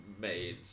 made